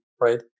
right